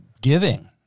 giving